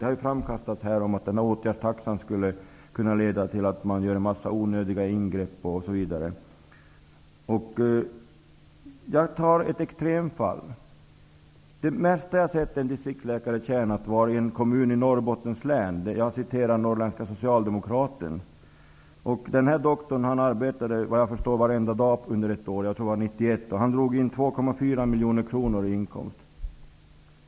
Det har ju framkastats här att åtgärdstaxan skulle kunna leda till att man gör en massa onödiga ingrepp osv. Låt mig ta ett extremfall. Det mesta jag har sett en distriktsläkare tjäna var i en kommun i Norrbottens län. Jag läste det i Norrländska Socialdemokraten. Vad jag förstår arbetade den här doktorn varenda dag under ett år, jag tror att det var 1991. Han drog in 2,4 miljoner kronor i inkomst.